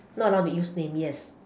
not allowed to be use names yes